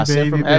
Baby